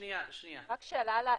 רק שאלה לאזרחי,